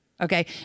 Okay